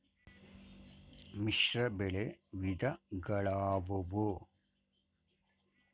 ಮಿಶ್ರಬೆಳೆ ವಿಧಗಳಾವುವು?